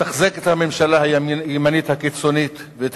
לתחזק את הממשלה הימנית הקיצונית ואת